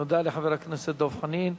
תודה לחבר הכנסת דב חנין.